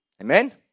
Amen